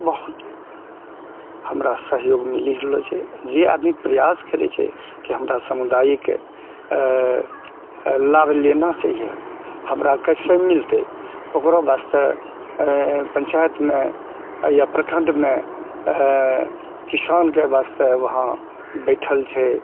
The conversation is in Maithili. बहुत हमरा सहयोग मिलि रहलऽ छै जे आदमी प्रयास करै छै कि हमरा सामुदायिक लाभ लेना चाहिअ हमरा कैसे मिलतै ओकरो वास्ते पञ्चायतमे या प्रखण्डमे किसानके वास्ते वहाँ बैठल छै